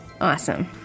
Awesome